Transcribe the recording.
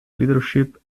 leadership